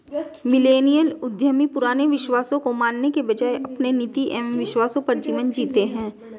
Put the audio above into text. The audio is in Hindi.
मिलेनियल उद्यमी पुराने विश्वासों को मानने के बजाय अपने नीति एंव विश्वासों पर जीवन जीते हैं